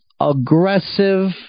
aggressive